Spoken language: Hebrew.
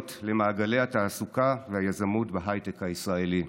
למעגלי התעסוקה והיזמות בהייטק הישראלי.